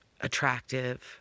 attractive